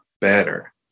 better